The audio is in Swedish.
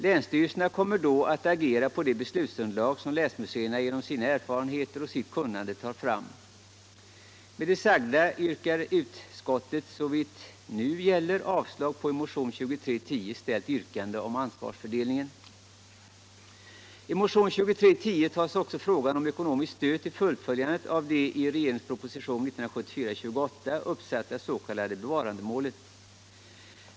Länsstyrelserna kommer då att agera på det beslutsunderlag som länsmuseerna genom sin erfarenhet och sitt kunnande tar om ansvarsfördelningen såvitt nu gäller.